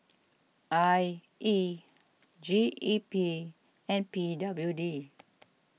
I E G E P and P W D